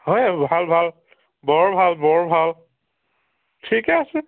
হয় ভাল ভাল বৰ ভাল বৰ ভাল ঠিকে আছে